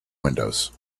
windows